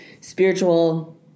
spiritual